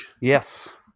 Yes